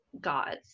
gods